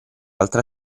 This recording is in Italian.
altra